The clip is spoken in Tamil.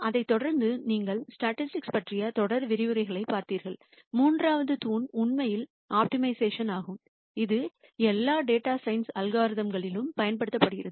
அதைத் தொடர்ந்து நீங்கள் ஸ்டாட்டிஸ்டிக்ஸ் பற்றிய தொடர் விரிவுரைகளைப் பார்த்தீர்கள் மூன்றாவது தூண் உண்மையில் ஆப்டிமைசேஷன் ஆகும் இது எல்லா டேட்டா சயின்ஸ் அல்காரிதம் களிலும் பயன்படுத்தப்படுகிறது